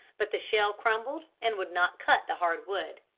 but the shell crumbled and would not cut the hard wood.